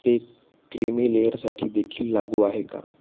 ते क्रीमी लेअरसाठी देखील लागू आहे का